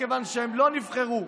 מכיוון שהם לא נבחרו,